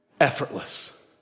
Effortless